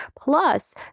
Plus